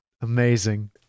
amazing